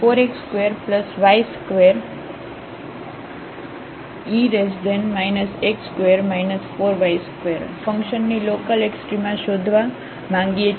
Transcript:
તેથી આપણે fxy4x2y2e x2 4y2ફંક્શનની લોકલએક્સ્ટ્રામા શોધવા માંગીએ છીએ